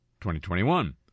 2021